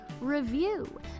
review